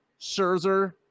Scherzer